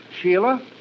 Sheila